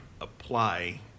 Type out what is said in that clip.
apply